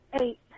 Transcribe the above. eight